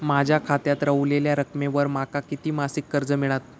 माझ्या खात्यात रव्हलेल्या रकमेवर माका किती मासिक कर्ज मिळात?